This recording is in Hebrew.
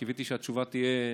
וקיוויתי שהתשובה תהיה,